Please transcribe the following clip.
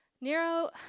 Nero